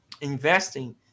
investing